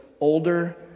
older